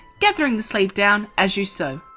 gathering the sleeve down as you sew.